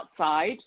outside